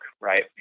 right